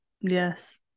yes